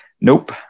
nope